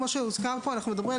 כמו שהוזכר פה,